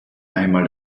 einmal